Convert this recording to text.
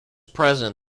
present